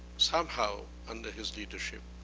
somehow under his leadership,